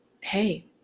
hey